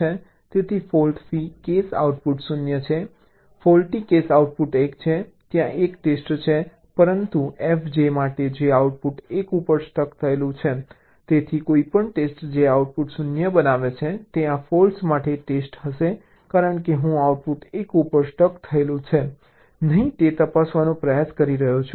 તેથી fault free case output 0 છે faulty case output 1 છે ત્યાં એક ટેસ્ટ છે પરંતુ fj માટે જે આઉટપુટમાં 1 ઉપર સ્ટક થયેલું છે તેથી કોઈપણ ટેસ્ટ જે આઉટપુટ 0 બનાવે છે તે આ ફૉલ્ટ માટે ટેસ્ટ હશે કારણ કે હું આઉટપુટ 1 ઉપર સ્ટક થયેલું છે કે નહીં તે તપાસવાનો પ્રયાસ કરી રહ્યો છું